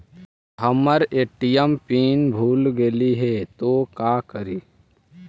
हमर ATM PIN भूला गेली हे, तो का करि?